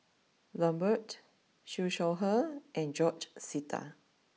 Lambert Siew Shaw Her and George Sita